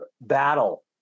battle